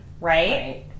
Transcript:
Right